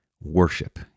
worship